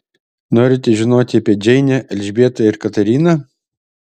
norite žinoti apie džeinę elžbietą ir katariną